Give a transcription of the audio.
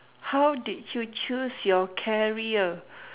how did you choose your carrier